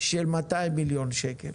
של מאתיים מיליון שקל